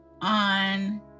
on